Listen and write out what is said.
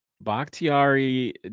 Bakhtiari